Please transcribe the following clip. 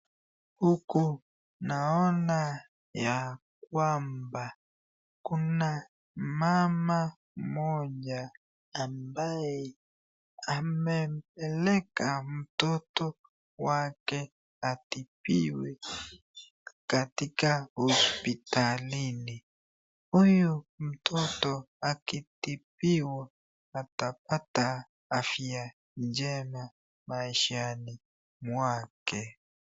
Huku naona ya kwamba kuna mama mmoja ambaye amepeleka mtoto wake atipiwe katika hospitalini. Huyu mtoto akitipiwa atapata afya njema maishani mwake.